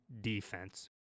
defense